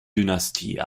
dynastie